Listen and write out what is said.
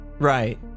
right